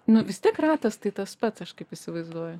nu vis tiek ratas tai tas pat aš kaip įsivaizduoju